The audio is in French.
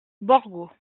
borgo